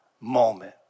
moment